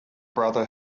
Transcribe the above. brother